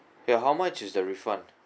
ya how much is the refund